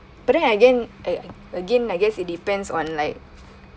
but then again I again I guess it depends on like